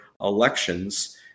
elections